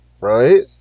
right